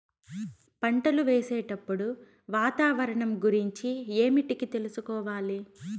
పంటలు వేసేటప్పుడు వాతావరణం గురించి ఏమిటికి తెలుసుకోవాలి?